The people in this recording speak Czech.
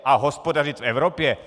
A hospodařit v Evropě?